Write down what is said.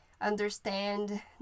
understand